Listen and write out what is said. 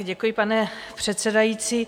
Děkuji, pane předsedající.